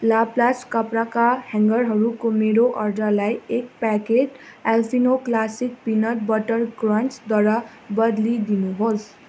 Laplast कपडाका ह्याङ्गरहरूको मेरो अर्डरलाई एक packet Alpino classic peanut butter क्रन्चद्वारा बद्लिदिनुहोस्